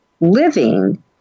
living